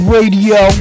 Radio